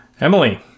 Emily